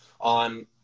on